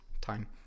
Time